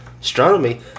astronomy